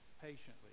patiently